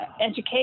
education